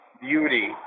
beauty